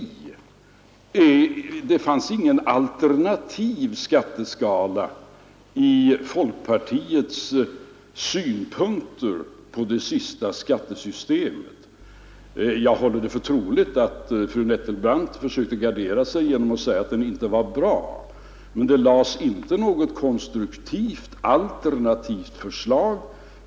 Det fanns inte något förslag till alternativ skatteskala i folkpartiets synpunkter på det sist genomförda skattesystemet. Jag håller det för troligt att fru Nettelbrandt försökte gardera sig med att säga att detta inte var bra, men det lades ändock inte fram något konstruktivt alternativt förslag.